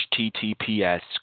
https